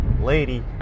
lady